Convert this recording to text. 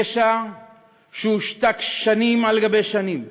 פשע שהושתק שנים על גבי שנים,